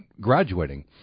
graduating